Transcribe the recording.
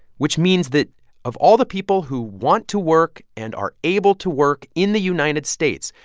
which means that of all the people who want to work and are able to work in the united states,